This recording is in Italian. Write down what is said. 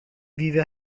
vive